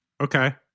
okay